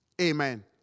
Amen